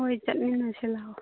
ꯍꯣꯏ ꯆꯠꯃꯤꯟꯅꯁꯦ ꯂꯥꯛꯑꯣ